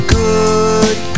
good